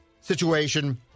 situation